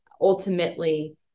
ultimately